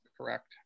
Correct